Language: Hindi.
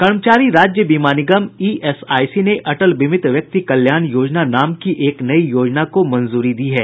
कर्मचारी राज्य बीमा निगम ईएसआईसी ने अटल बीमित व्यक्ति कल्याण योजना नाम की एक नई योजना को मंजूरी दी है